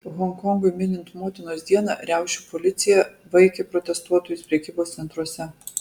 honkongui minint motinos dieną riaušių policija vaikė protestuotojus prekybos centruose